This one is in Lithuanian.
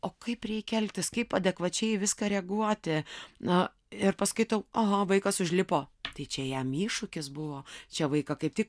o kaip reikia elgtis kaip adekvačiai viską reaguoti na ir paskaitau oho vaikas užlipo tai čia jam iššūkis buvo čia vaiką kaip tik